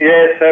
Yes